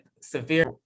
severe